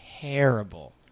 terrible